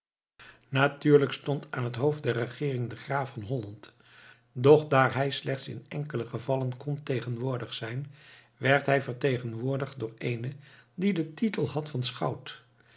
natuurlijk stond aan het hoofd der regeering de graaf van holland doch daar deze slechts in enkele gevallen kon tegenwoordig zijn werd hij vertegenwoordigd door eenen die den titel had van schout